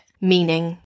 meaning